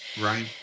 Right